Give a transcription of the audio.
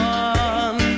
one